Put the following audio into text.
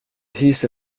hyser